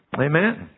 amen